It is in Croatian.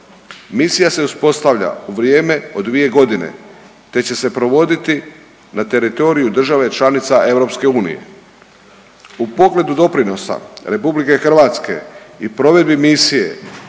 Misija se uspostavlja u vrijeme od 2 godine te će se provoditi na teritoriju države članica EU. U pogledu doprinosa RH i provedbi misije